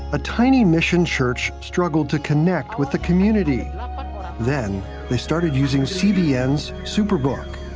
a tiny mission church struggling to connect with the community, and then they started using cbn's superbook.